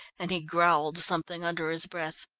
and he growled something under his breath.